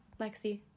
Lexi